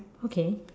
okay